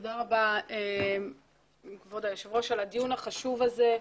תודה רבה כבוד היושב-ראש על הדיון החשוב הזה.